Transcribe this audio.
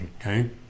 Okay